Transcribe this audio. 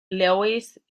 lewis